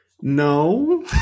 no